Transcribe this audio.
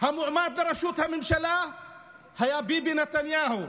המועמד לראשות הממשלה היה ביבי נתניהו,